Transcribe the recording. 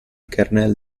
kernel